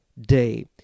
day